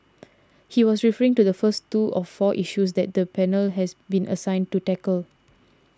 he was referring to the first two of four issues that the panel has been assigned to tackle